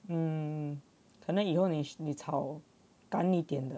mm 可能以后你抄干一点的